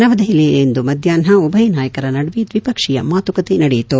ನವದೆಹಲಿಯಲ್ಲಿಂದು ಮಧ್ವಾಷ್ನ ಉಭಯ ನಾಯಕರ ನಡುವೆ ದ್ವಿಪಕ್ಷೀಯ ಮಾತುಕತೆ ನಡೆಯಿತು